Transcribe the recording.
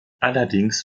allerdings